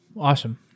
Awesome